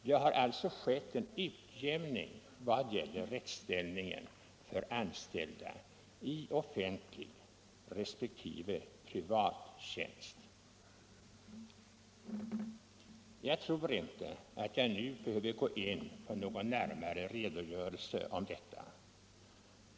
Det har alltså skett en utjämning vad gäller rättsställningen för anställda i offentlig resp. privat tjänst. Jag tror inte att jag nu behöver gå in på någon närmare redovisning av detta.